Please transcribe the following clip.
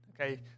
okay